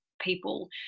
people